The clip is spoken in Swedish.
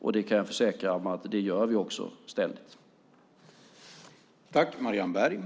Jag kan försäkra att vi ständigt gör det.